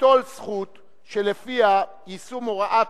ליטול זכות שלפיה יישום הוראה